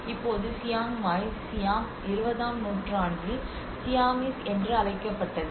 இப்போது Chiang Mai Siam 20 ஆம் நூற்றாண்டில் சியாமிஸ் என்று அழைக்கப்பட்டது